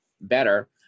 better